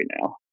now